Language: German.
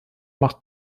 macht